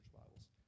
bibles